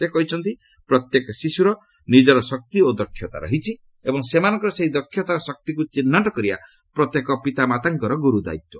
ସେ କହିଛନ୍ତି ପ୍ରତ୍ୟେକ ଶିଶୁର ନିଜର ଶକ୍ତି ଓ ଦକ୍ଷତା ରହିଛି ଏବଂ ସେମାନଙ୍କର ସେହି ଦକ୍ଷତା ଓ ଶକ୍ତିକୁ ଚିହ୍ନଟ କରିବା ପ୍ରତ୍ୟେକ ପିତାମାତାଙ୍କର ଗୁରୁଦାୟିତ୍ୱ